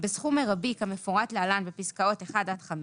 בסכום מרבי כמפורט להלן בפסקאות (1) עד (5),